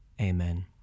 Amen